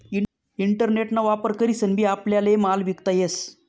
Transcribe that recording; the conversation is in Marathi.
इंटरनेट ना वापर करीसन बी आपल्याले माल विकता येस